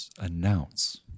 announce